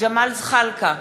ג'מאל זחאלקה,